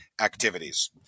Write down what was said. activities